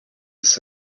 ist